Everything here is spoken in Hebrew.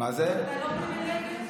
אתה לא פריבילגי?